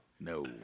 No